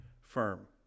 firm